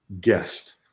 guest